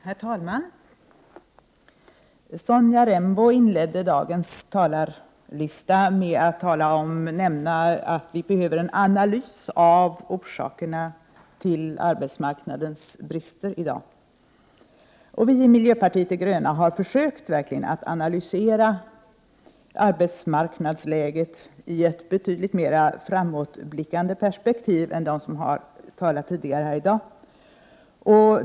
Herr talman! Sonja Rembo inledde dagens debatt med att nämna att det behövs en analys av orsakerna till arbetsmarknadens brister i dag. Vi i miljöpartiet de gröna har verkligen försökt att analysera arbetsmarknadsläget i ett betydligt mera framåtblickande perspektiv än de har gjort som har talat tidigare i dag.